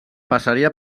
passaria